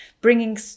bringing